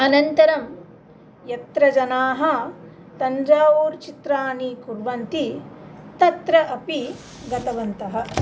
अनन्तरं यत्र जनाः तञ्जावूर् चित्राणि कुर्वन्ति तत्र अपि गतवन्तः